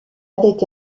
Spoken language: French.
avec